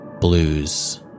blues